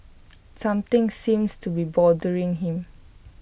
something seems to be bothering him